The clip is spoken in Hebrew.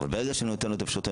אבל ברגע שאני נותן לו את האפשרות,